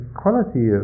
quality